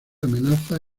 amenazas